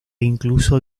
incluso